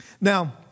Now